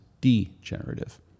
degenerative